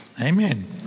Amen